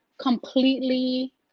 completely